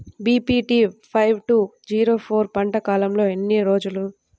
BPT five two zero four పంట కాలంలో ఎన్ని రోజులు?